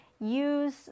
Use